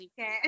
Okay